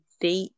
date